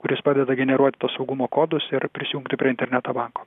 kuris padeda generuot tuos saugumo kodus ir prisijungti prie interneto banko